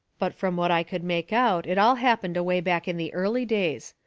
but from what i could make out it all happened away back in the early days.